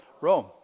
Rome